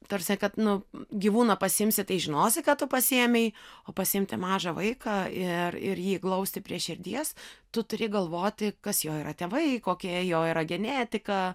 ta prasme kad nu gyvūną pasiimsi tai žinosi ką tu pasiėmei o pasiimti mažą vaiką ir ir jį glausti prie širdies tu turi galvoti kas jo yra tėvai kokie jo yra genetika